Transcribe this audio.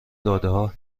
دادهها